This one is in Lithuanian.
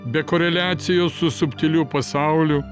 be koreliacijos su subtiliu pasauliu